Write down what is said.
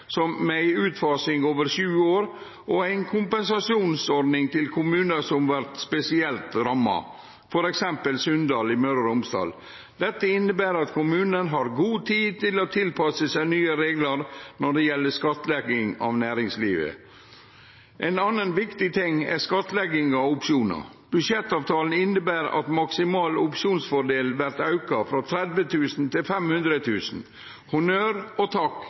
som f.eks. ei utfasing over sju år og ei kompensasjonsordning for kommunar som vert spesielt ramma, f.eks. Sunndal i Møre og Romsdal. Dette inneber at kommunen har god tid til å tilpasse seg nye reglar når det gjeld skattlegging av næringslivet. Ein annan viktig ting er skattlegging av opsjonar. Budsjettavtalen inneber at maksimal opsjonsfordel vert auka frå 30 000 kr til 500 000 kr. Honnør og takk